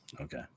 Okay